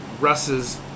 Russ's